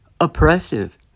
oppressive